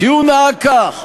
כי הוא נהג כך.